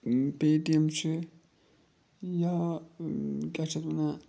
پے T M چھِ یا کیٛاہ چھِ اَتھ وَنان